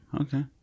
Okay